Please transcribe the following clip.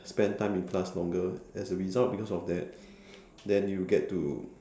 spend time in class longer as a result because of that then you get to